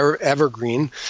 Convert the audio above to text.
evergreen